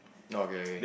oh okay okay